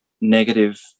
negative